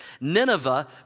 Nineveh